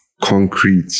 concrete